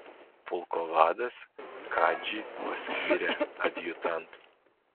pulko vadas kadžį paskyrė adjutantu